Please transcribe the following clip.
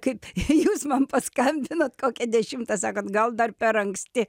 kaip jūs man paskambinot kokią dešimtą sakot gal dar per anksti